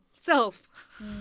self